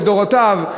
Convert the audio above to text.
לדורותיו,